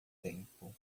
tempo